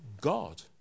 God